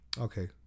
okay